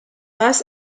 last